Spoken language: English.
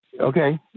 Okay